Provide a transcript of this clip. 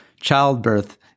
Childbirth